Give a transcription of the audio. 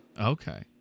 okay